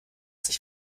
sich